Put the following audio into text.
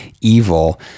evil